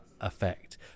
effect